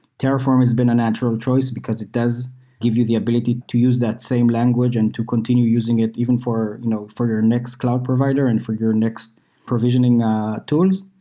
terraform has been a natural choice because it does give you the ability to use that same language and to continue using it even for you know for your next cloud provider and for your next provisioning tools.